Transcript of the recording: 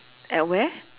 at where